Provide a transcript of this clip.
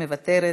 מוותרת.